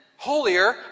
holier